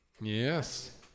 Yes